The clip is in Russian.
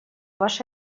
ваш